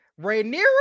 Rhaenyra